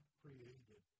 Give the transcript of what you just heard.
created